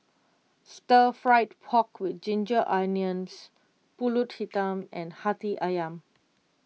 Stir Fried Pork with Ginger Onions Pulut Hitam and Hati Ayam